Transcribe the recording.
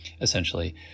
essentially